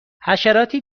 حشراتی